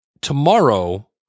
tomorrow